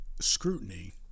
scrutiny